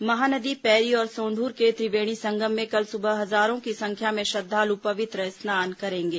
महानदी पैरी और सोंदूर के त्रिवेणी संगम में कल सुबह हजारों की संख्या में श्रद्वालु पवित्र स्नान करेंगे